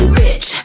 rich